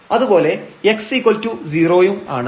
അതുപോലെ x0 വും ആണ്